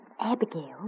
Abigail